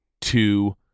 two